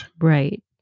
right